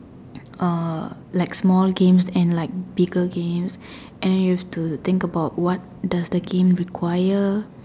uh like small games and like bigger games and then you have to think about what does the game require